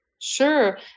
Sure